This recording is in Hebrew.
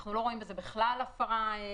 אנחנו לא רואים בזה בכלל הפרה טכנית.